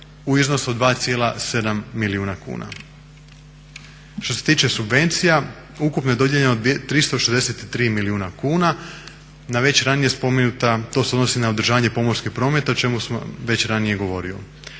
u iznosu od 2,7 milijuna kuna. Što se tiče subvencija ukupno je dodijeljeno 363 milijuna kuna. To se odnosi na održavanje pomorskog prometa o čemu sam već ranije govorio.